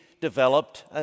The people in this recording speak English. developed